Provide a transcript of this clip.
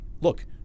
look